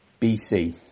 BC